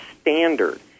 standard